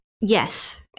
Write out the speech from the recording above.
Yes